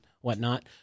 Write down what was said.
whatnot